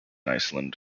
iceland